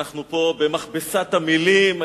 אנחנו פה במכבסת המלים,